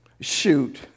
Shoot